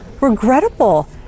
regrettable